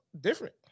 different